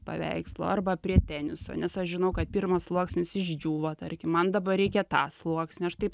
paveikslo arba prie teniso nes aš žinau kad pirmas sluoksnis išdžiūvo tarkim man dabar reikia tą sluoksnį aš taip